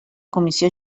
comissió